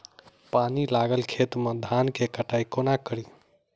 पानि लागल खेत मे धान केँ कटाई कोना कड़ी?